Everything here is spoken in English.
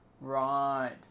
Right